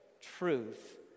truth